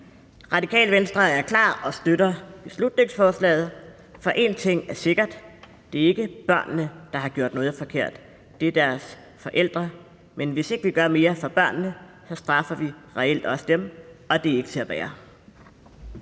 Radikale Venstre er klar og støtter beslutningsforslaget, for én ting er sikker: Det er ikke børnene, der har gjort noget forkert, det er deres forældre, men hvis ikke vi gør mere for børnene, straffer vi reelt også dem, og det er ikke til at bære.